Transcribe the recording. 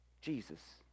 Jesus